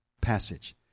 passage